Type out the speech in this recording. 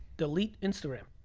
delete instagram.